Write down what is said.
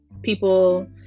People